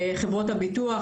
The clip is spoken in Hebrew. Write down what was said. חברות הביטוח,